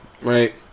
right